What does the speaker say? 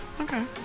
Okay